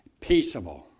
peaceable